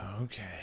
Okay